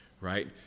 right